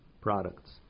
products